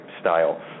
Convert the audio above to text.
style